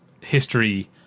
history